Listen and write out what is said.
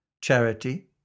charity